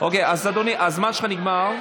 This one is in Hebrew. הזמן שלך נגמר.